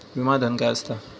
विमा धन काय असता?